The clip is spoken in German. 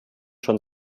schon